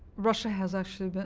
russia has actually but